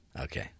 Okay